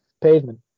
pavement